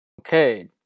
Okay